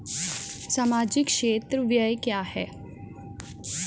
सामाजिक क्षेत्र व्यय क्या है?